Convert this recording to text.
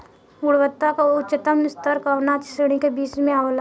गुणवत्ता क उच्चतम स्तर कउना श्रेणी क बीज मे होला?